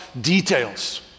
details